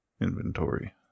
inventory